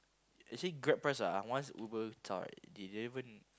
you see Grab price ah once Uber zao right they didn't even